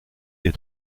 des